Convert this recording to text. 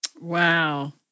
Wow